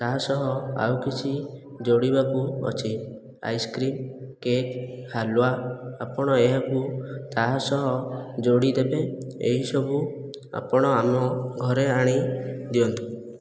ତା' ସହ ଆଉ କିଛି ଯୋଡ଼ିବାକୁ ଅଛି ଆଇସ୍କ୍ରୀମ୍ କେକ୍ ହାଲୁଆ ଆପଣ ଏହାକୁ ତା ସହ ଯୋଡ଼ିଦେବେ ଏହି ସବୁ ଆପଣ ଆମ ଘରେ ଆଣି ଦିଅନ୍ତୁ